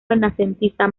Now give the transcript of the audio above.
renacentista